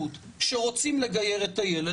יכול להיות שהנתונים האלה לא נכונים,